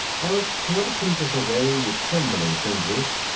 erick tore the pieces away with trembling fingers.